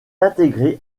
intégrée